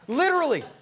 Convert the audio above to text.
literally.